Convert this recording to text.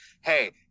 Hey